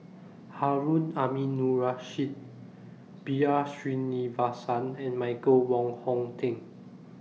Harun Aminurrashid B R Sreenivasan and Michael Wong Hong Teng